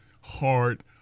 hard